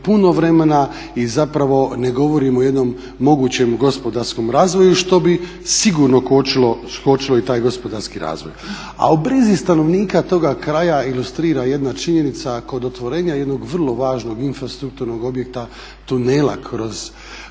puno vremena i ne govorimo o jednom mogućem gospodarskom razvoju što bi sigurno kočilo i taj gospodarski razvoj. A o brizi stanovnika toga kraja ilustrira jedna činjenica kod otvorenja jednog vrlo važnog infrastrukturnog objekta tunela kroz